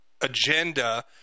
agenda